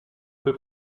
peu